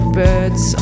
birds